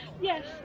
Yes